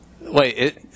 Wait